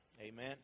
amen